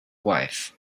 wife